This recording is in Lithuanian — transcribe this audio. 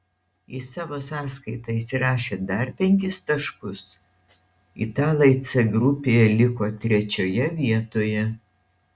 į savo sąskaitą įsirašę dar penkis taškus italai c grupėje liko trečioje vietoje